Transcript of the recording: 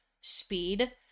speed